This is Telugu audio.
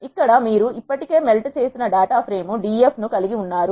ఇక్కడ మీరు ఇప్పటికే మెల్ట్ చేసిన డేటా ప్రేమ్ Df ను కలిగి ఉన్నారు